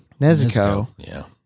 Nezuko